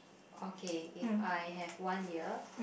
okay if I have one year